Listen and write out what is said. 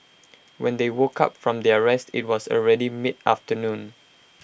when they woke up from their rest IT was already mid afternoon